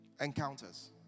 Encounters